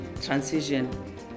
transition